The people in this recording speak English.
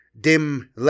dim